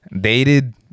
Dated